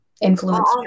influence